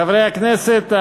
חברי הכנסת,